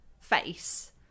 face